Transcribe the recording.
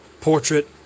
portrait